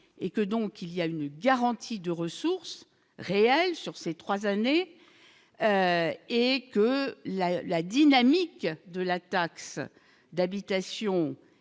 et que donc il y a une garantie de ressources réelles sur ces 3 années, et que la la dynamique de la taxe d'habitation